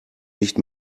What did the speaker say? nicht